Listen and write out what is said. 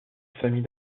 famille